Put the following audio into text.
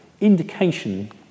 indication